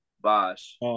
Bosh